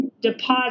deposit